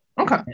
Okay